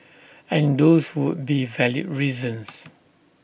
and those would be valid reasons